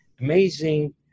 amazing